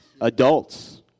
adults